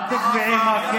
האם אמרת,